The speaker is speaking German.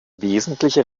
wesentliche